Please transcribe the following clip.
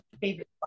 favorite